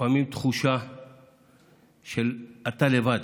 לפעמים תחושה שאתה לבד,